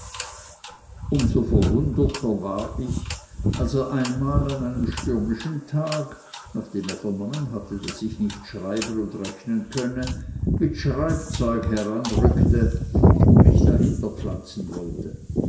so verwunderter war ich als er einmal an einem stürmischen tag nachdem er vernommen hatte daß ich nicht schreiben und rechnen könne mit schreibzeug heranrückte und mich dahinter pflanzen wollte